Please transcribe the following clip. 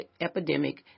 epidemic